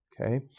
Okay